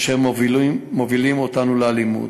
אשר מובילים אותנו לאלימות.